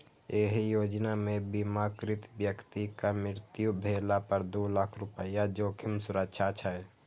एहि योजना मे बीमाकृत व्यक्तिक मृत्यु भेला पर दू लाख रुपैया जोखिम सुरक्षा छै